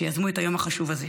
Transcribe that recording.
שיזמו את היום החשוב הזה.